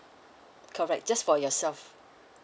correct just for yourself